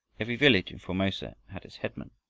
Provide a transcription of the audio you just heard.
every village in formosa had its headman,